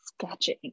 sketching